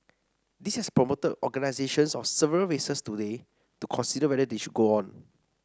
this has prompted organisations of several races today to consider whether they should go on